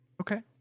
Okay